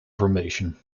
formation